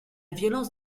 violence